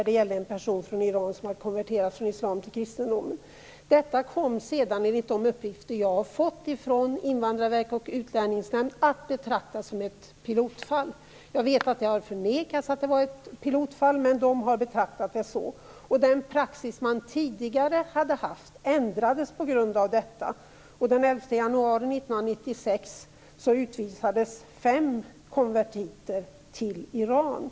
Det gällde en person från Iran som hade konverterat från islam till kristendomen. Detta kom sedan, enligt de uppgifter jag har fått från Invandrarverket och Utlänningsnämnden, att betraktas som ett pilotfall. Jag vet att har förnekats att det var ett pilotfall, men man har betraktat det så. Den praxis som tidigare fanns ändrades på grund av detta. Den 11 januari 1996 utvisades fem konvertiter till Iran.